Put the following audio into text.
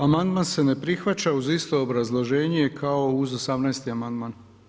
Amandman se ne prihvaća uz isto obrazloženje kao uz 18. amandman.